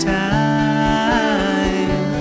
time